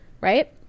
right